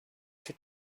she